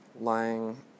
lying